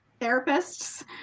therapists